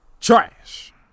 Trash